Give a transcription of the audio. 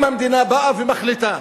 המדינה באה ומחליטה,